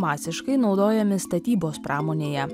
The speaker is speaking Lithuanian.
masiškai naudojami statybos pramonėje